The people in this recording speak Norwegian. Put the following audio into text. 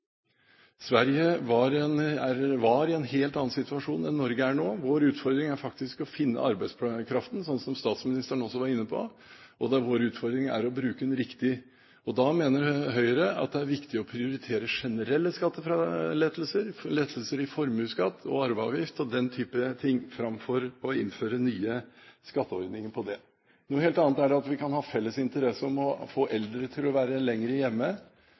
Sverige var i en helt annen situasjon enn Norge er i nå. Vår utfordring er faktisk å finne den arbeidskraften, som statsministeren også var inne på, og å bruke den riktig. Og da mener Høyre at det er viktig å prioritere generelle skattelettelser, lettelser i formuesskatt og arveavgift, og den type ting, framfor å innføre nye skatteordninger. Noe helt annet er det at vi kan ha felles interesse av å få eldre til å bo lenger hjemme. Der har vi et lite hint i